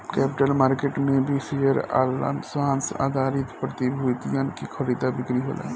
capital market में भी share आ लाभांस आधारित प्रतिभूतियन के खरीदा बिक्री होला